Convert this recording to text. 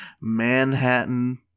Manhattan